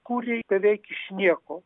kūrė beveik iš nieko